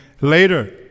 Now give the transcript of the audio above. later